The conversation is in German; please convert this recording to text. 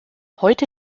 heute